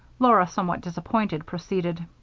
laura, somewhat disappointed, proceeded